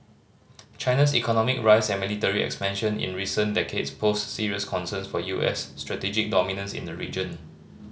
China's economic rise and military expansion in recent decades pose serious concerns for U S strategic dominance in the region